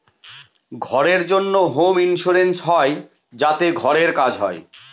ঘরের জন্য home insurance হয় যাতে ঘরের কাজ হয়